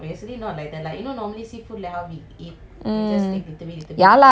mm ya lah we will have our own plate mm